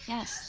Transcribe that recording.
Yes